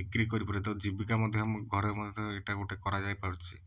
ବିକ୍ରି କରିପାରିବା ତାକୁ ଜୀବିକା ମଧ୍ୟ ଆମ ଘରେ ମଧ୍ୟ ଏଇଟା ଗୋଟେ କରାଯାଇପାରୁଛି